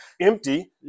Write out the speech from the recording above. empty